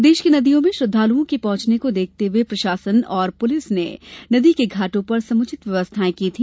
प्रदेश की नदियों में श्रद्वालुओं के पहुंचने को देखते हुए प्रशासन पुलिस और नगरपालिका ने नदी के घाटों पर समुचित व्यवस्थाएं की थी